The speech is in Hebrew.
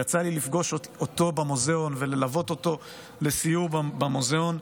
יצא לי לפגוש אותו במוזיאון וללוות אותו לסיור במוזיאון.